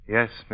Yes